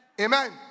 Amen